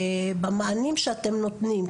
במענים שאתם נותנים,